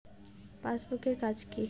Passbook এর কাজ কি?